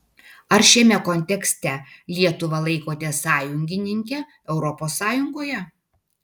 ar šiame kontekste lietuvą laikote sąjungininke europos sąjungoje